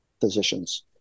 physician's